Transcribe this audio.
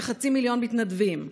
כחצי מיליון מתנדבים.